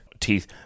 teeth